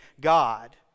God